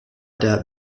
der